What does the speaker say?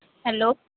hello